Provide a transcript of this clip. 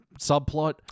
subplot